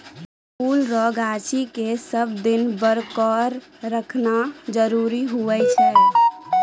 फुल रो गाछी के सब दिन बरकोर रखनाय जरूरी हुवै छै